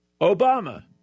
Obama